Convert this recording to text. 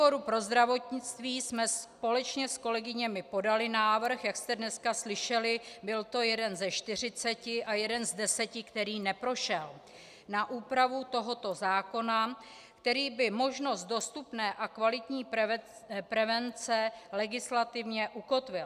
Ve výboru pro zdravotnictví jsme společně s kolegyněmi podaly návrh, jak jste dneska slyšeli, byl to jeden ze 40 a jeden z 10, který neprošel, na úpravu tohoto zákona, který by možnost dostupné a kvalitní prevence legislativně ukotvil.